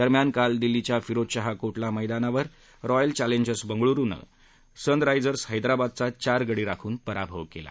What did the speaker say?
दरम्यान काल दिल्लीच्या फिरोजशाहा कोटला मैदानावर रॉयल चॅलेंजर्स बेंगळुरु संघानं सन रायजर्स हैदराबादचा चार गडी राखून पराभव केला